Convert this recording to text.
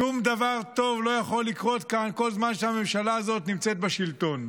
שום דבר טוב לא יכול לקרות כאן כל זמן שהממשלה הזאת נמצאת בשלטון.